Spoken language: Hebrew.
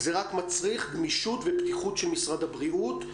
זה רק מצריך גמישות ופתיחות של משרד הבריאות.